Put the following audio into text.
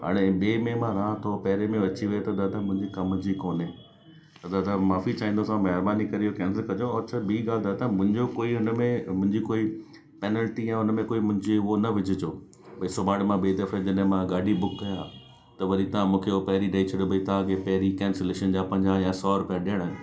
हाणे ॿिए में मां रहां थो पहिरियें में अची वियो त दादा मुंहिंजे कम जी कोन्हे त दादा माफ़ी चाहिदो असां महिरबानी करे इहो कैंसिल कजो ऐं ॿी ॻाल्हि दादा मुंहिंजो कोई हुनमें मुंहिंजी कोई पैनलटी आहे हुनमें कोई मुंहिंजी हुअ न विझो बई सुभाणे मां ॿिए दफ़े जॾहिं मां गाॾी बुक कयां त वरी तव्हां मूंखे उहो पहिरीं ॾेई छॾो तव्हांखे पहिरीं कैंसिलेशन जा पंजा या सौ रूपिया ॾेयणा आहिनि